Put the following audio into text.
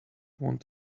want